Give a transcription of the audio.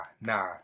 nah